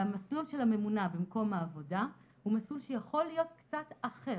והמסלול של הממונה במקום העבודה הוא מסלול שיכול להיות קצת אחר,